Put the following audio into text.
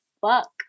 fuck